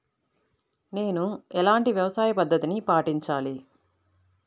నేను ఎలాంటి వ్యవసాయ పద్ధతిని పాటించాలి?